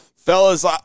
Fellas